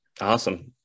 Awesome